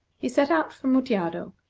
he set out for mutjado,